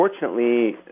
Unfortunately